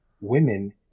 women